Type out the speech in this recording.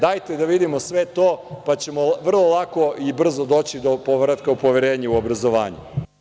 Dajte da vidimo sve to, pa ćemo vrlo lako i vrlo brzo doći do povratka o poverenju u obrazovanje.